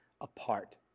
apart